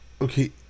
Okay